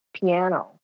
piano